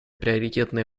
приоритетное